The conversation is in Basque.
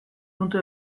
puntu